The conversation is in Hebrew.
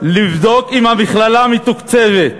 לבדוק אם המכללה מתוקצבת,